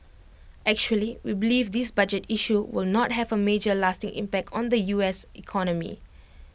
actually we believe this budget issue will not have A major lasting impact on the U S economy